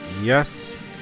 Yes